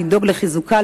לדאוג לחיזוקה,